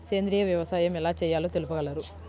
సేంద్రీయ వ్యవసాయం ఎలా చేయాలో తెలుపగలరు?